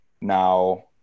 now